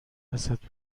ازت